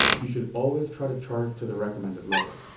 you should always try to charge to the recommended level.